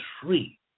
free